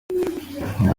ngo